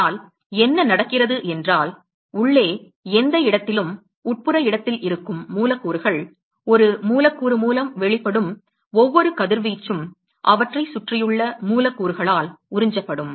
ஆனால் என்ன நடக்கிறது என்றால் உள்ளே எந்த இடத்திலும் உட்புற இடத்தில் இருக்கும் மூலக்கூறுகள் ஒரு மூலக்கூறு மூலம் வெளிப்படும் ஒவ்வொரு கதிர்வீச்சும் அவற்றைச் சுற்றியுள்ள மூலக்கூறுகளால் உறிஞ்சப்படும்